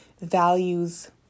values